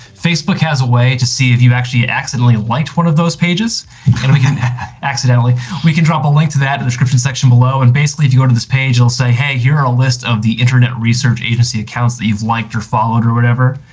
facebook has a way to see if you actually ah accidentally liked one of those pages and we can accidentally we can drop a link to that in the description section below. and basically if you go to this page, you'll say hey here are a list of the internet research agency accounts that you've liked or followed or whatever.